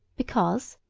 because,